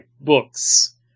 books